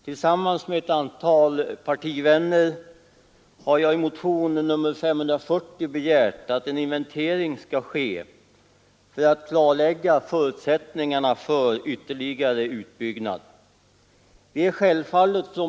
Tillsammans med ett antal partivänner har jag i motionen 540 begärt att en inventering skall göras för att klarlägga förutsättningarna för ytterligare utbyggnad.